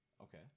Okay